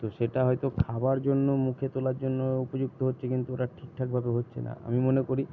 তো সেটা হয়তো খাবার জন্য মুখে তোলার জন্য উপযুক্ত হচ্ছে কিন্তু ওটা ঠিকঠাকভাবে হচ্ছে না আমি মনে করি